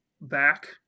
back